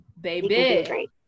baby